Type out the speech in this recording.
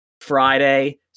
Friday